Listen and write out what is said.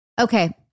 Okay